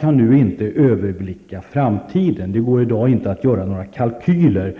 går nu inte att överblicka framtiden, och det går inte att göra några kalkyler.